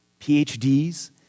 PhDs